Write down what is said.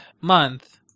month